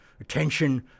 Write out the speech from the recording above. Attention